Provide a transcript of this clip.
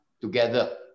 together